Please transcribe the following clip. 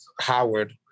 Howard